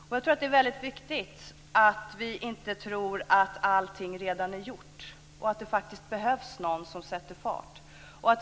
Jag tror att det är väldigt viktigt att vi inte tror att allt redan är gjort utan att det faktiskt behövs någon som sätter fart.